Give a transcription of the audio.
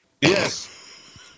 Yes